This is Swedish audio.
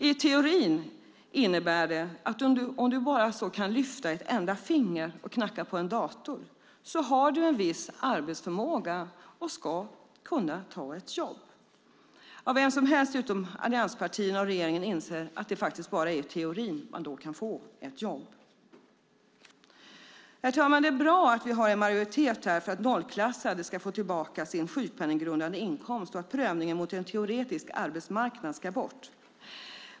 I teorin innebär det att om du så bara kan lyfta ett enda finger och knacka på en dator har du en viss arbetsförmåga och ska kunna ta ett jobb. Vem som helst utom allianspartierna och regeringen inser att det faktiskt bara är i teorin man då kan få ett jobb. Herr talman! Det är bra att vi har en majoritet för att nollklassade ska få tillbaka sin sjukpenninggrundande inkomst och att prövningen mot en teoretisk arbetsmarknad ska bort.